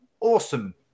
awesome